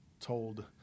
told